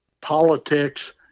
politics